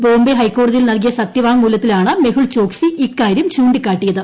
ബോംബെ ഹൈക്കോടതിയിൽ നൽകിയ സത്യവാങ്മൂലത്തിലാണ് മെഹുൾ ചോക്സി ഇക്കാര്യം ചൂണ്ടിക്കാട്ടിയത്